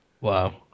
Wow